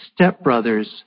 stepbrothers